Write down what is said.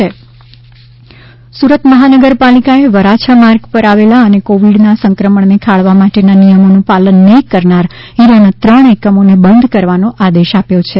હીરા એકમ સુરત સુરત મહાનગરપાલિકાએ વરાછા માર્ગ ઉપર આવેલા અને કોવીડના સંક્રમણને ખાળવા માટેના નિયમોનું પાલન નહીં કરનાર હીરાના ત્રણ એકમોને બંધ કરવાનો આદેશ આપ્યો છે